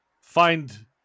find